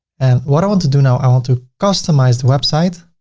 and what i want to do now, i want to customize the website